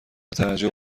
تعجب